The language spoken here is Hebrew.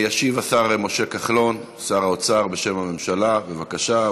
ישיב השר משה כחלון, שר האוצר, בשם הממשלה, בבקשה.